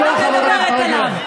למה כל היום להסית?